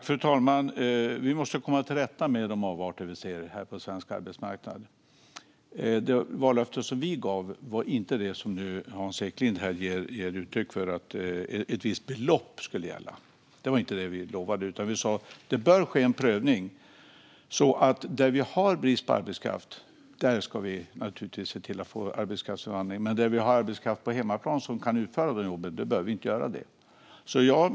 Fru talman! Vi måste komma till rätta med de avarter vi ser på svensk arbetsmarknad. Det vallöfte vi gav var inte det som Hans Eklind här ger uttryck för, att ett visst belopp skulle gälla. Det var inte det vi lovade, utan vi sa att det bör ske en prövning. Där vi har brist på arbetskraft ska vi naturligtvis se till att ha arbetskraftsinvandring, men där vi har arbetskraft på hemmaplan som kan utföra de jobben behöver vi inte detta.